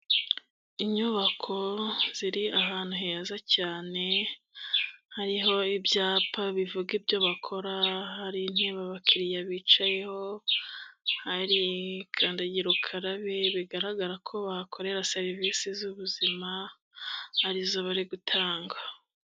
Inyubako ziri ahantu heza cyane hariho ibyapa bivuga ibyo bakora, hari intebe abakiriya bicayeho, hari kandagira ukarabe bigaragara ko bahakorera serivisi z'ubuzima arizo bari gutanga.